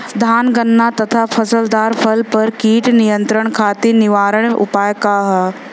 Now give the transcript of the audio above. धान गन्ना तथा फलदार फसल पर कीट नियंत्रण खातीर निवारण उपाय का ह?